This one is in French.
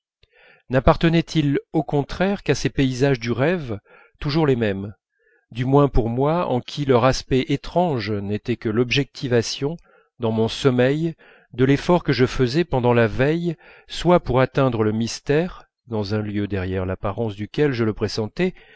nappartenaient ils au contraire qu'à ces paysages du rêve toujours les mêmes du moins pour moi chez qui leur aspect étrange n'était que l'objectivation dans mon sommeil de l'effort que je faisais pendant la veille soit pour atteindre le mystère dans un lieu derrière l'apparence duquel je le pressentais